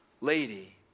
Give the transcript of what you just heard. lady